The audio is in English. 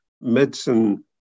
Medicine